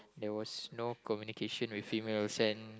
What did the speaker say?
there was no communication with females and